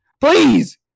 Please